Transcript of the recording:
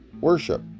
worship